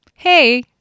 Hey